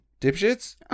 dipshits